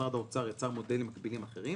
משרד האוצר יצר מודלים מקבילים אחרים,